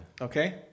Okay